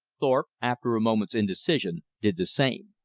thorpe, after a moment's indecision, did the same.